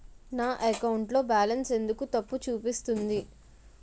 నా అకౌంట్ లో బాలన్స్ ఎందుకు తప్పు చూపిస్తుంది?